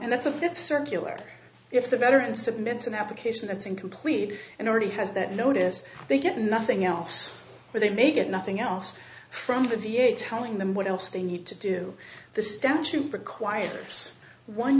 and that's a bit circular if the veterans submit an application that's incomplete and already has that notice they get nothing else but they may get nothing else from the v a telling them what else they need to do the statute requires one